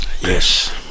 Yes